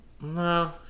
No